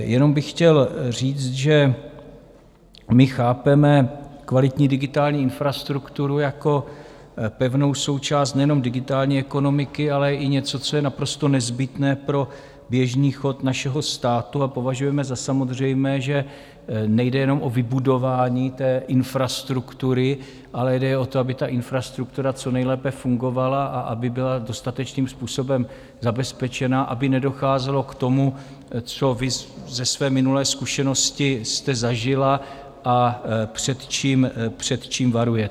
Jenom bych chtěl říct, že my chápeme kvalitní digitální infrastrukturu jako pevnou součást nejen digitální ekonomiky, ale i něco, co je naprosto nezbytné pro běžný chod našeho státu, a považujeme za samozřejmé, že nejde jenom o vybudování infrastruktury, ale jde o to, aby ta infrastruktura co nejlépe fungovala a aby byla dostatečným způsobem zabezpečená, aby nedocházelo k tomu, co vy ze své minulé zkušenosti jste zažila a před čím varujete.